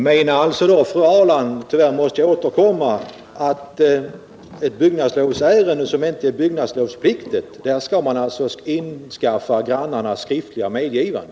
Herr talman! Tyvärr måste jag återkomma. Menar då fru Ahrland att i ett byggnadsärende, som inte är byggnadslovspliktigt, skall man införskaffa grannarnas skriftliga medgivande?